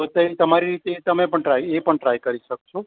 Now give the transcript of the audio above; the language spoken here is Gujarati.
તો તે તમારી રીતે તમે પણ એ પણ ટ્રાય કરી શકશો